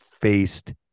faced